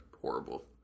horrible